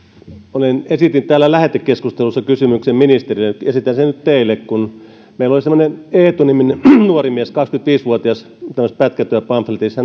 esitin täällä lähetekeskustelussa kysymyksen ministerille esitän sen nyt teille meillä oli semmoinen eetu niminen nuorimies kaksikymmentäviisi vuotias tämmöisessä pätkätyöpamfletissa